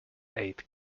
aid